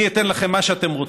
אני אתן לכם מה שאתם רוצים,